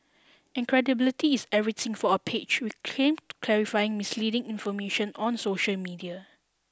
and credibility is everything for a page which claim to clarify misleading information on social media